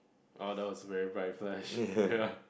adult is very right flesh ya